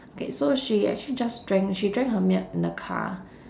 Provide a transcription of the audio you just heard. okay so she actually just drank she drank her milk in the car